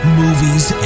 movies